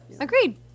Agreed